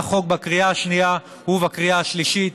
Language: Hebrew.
החוק בקריאה השנייה ובקריאה השלישית.